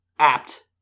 apt